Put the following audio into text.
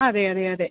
അതെ അതെ അതെ